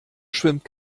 schwimmt